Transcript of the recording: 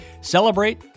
Celebrate